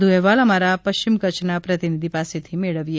વધુ અહેવાલ અમારા પશ્ચિમ કચ્છના પ્રતિનિધિ પાસેથી મેળવીએ